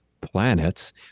planets